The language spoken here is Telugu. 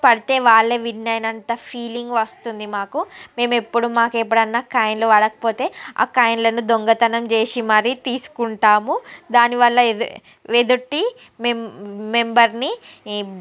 పడితే వాళ్ళే విన్ అయినంత ఫీలింగ్ వస్తుంది మాకు మేము ఎప్పుడు మాకు ఎప్పుడన్నా కాయిన్లు పడకపోతే ఆ కాయిన్లను దొంగతనం చేసి మరి తీసుకుంటాము దానివల్ల ఎదుటి ఎదుటి మెం మెంబర్ని ఈ